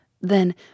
Then